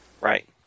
Right